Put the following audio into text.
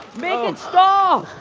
make it stop!